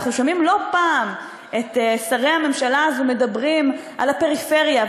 אנחנו שומעים לא פעם את שרי הממשלה הזאת מדברים על הפריפריה,